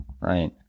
right